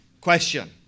question